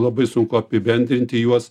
labai sunku apibendrinti juos